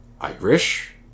Irish